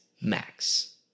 Max